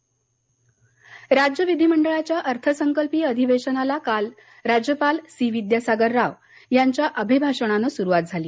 अधिवेशन राज्य विधीमंडळाच्या अर्थसंकल्पीय अधिवेशनाला काल राज्यपाल सी विद्यासागर राव यांच्या अभिभाषणानं सुरुवात झाली